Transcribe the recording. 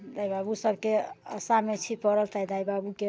दाइ बाबू सभके आशामे छी पड़ल तऽ आइ दाइ बाबूके